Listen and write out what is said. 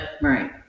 right